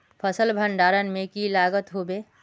फसल भण्डारण में की लगत होबे?